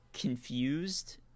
confused